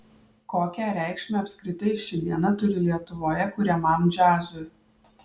kokią reikšmę apskritai ši diena turi lietuvoje kuriamam džiazui